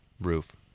roof